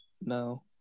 no